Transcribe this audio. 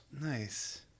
Nice